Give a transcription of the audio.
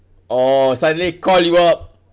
oh suddenly call you up